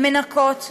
מנקות,